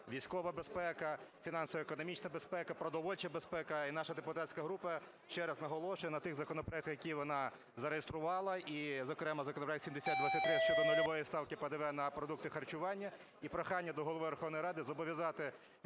військова безпека, фінансово-економічна безпека, продовольча безпека. І наша депутатська група ще раз наголошує на тих законопроектах, які вона зареєструвала. І, зокрема, законопроект 7023 щодо нульової ставки ПДВ на продукти харчування. І прохання до Голови Верховної Ради зобов'язати